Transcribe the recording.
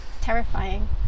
terrifying